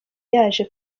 yaje